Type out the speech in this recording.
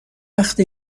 وقته